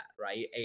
right